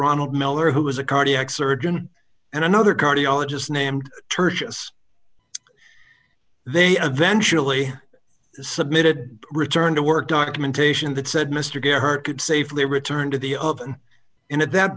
ronald mellor who is a cardiac surgeon and another cardiologist named churches they eventually submitted return to work documentation that said mr get hurt could safely return to the open in at that